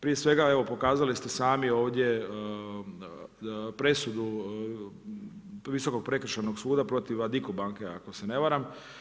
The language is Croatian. Prije svega evo pokazali ste sami ovdje presudu Visokog prekršajnog suda protiv Addiko banke ako se ne varam.